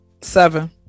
Seven